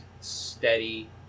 steady